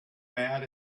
mad